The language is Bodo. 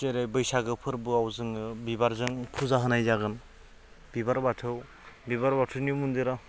जेरै बैसागु फोरबोआव जोङो बिबारजों फुजा होनाय जागोन बिबार बाथौ बिबार बाथौनि मन्दिरा